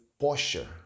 posture